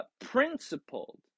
principled